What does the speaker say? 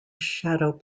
shadow